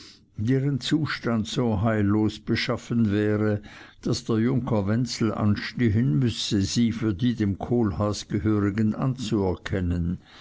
deren zustand so heillos beschaffen wäre daß der junker wenzel anstehen müsse sie für die dem kohlhaas gehörigen anzuerkennen